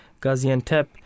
Gaziantep